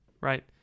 Right